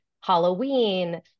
Halloween